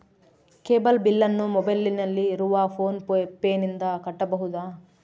Cable ಬಿಲ್ಲನ್ನು ಮೊಬೈಲಿನಲ್ಲಿ ಇರುವ ಫೋನ್ ಪೇನಿಂದ ಕಟ್ಟಬಹುದಾ?